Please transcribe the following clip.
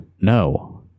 No